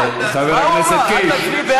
מה תצביעי?